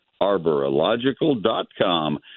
arborological.com